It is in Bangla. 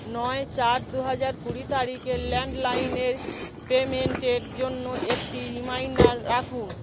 নয় চার দু হাজার কুড়ি তারিখের ল্যান্ডলাইনের পেমেন্টের জন্য একটি রিমাইন্ডার রাখুন